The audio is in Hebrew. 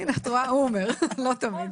הוא אומר "לא תמיד",